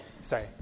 sorry